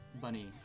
Bunny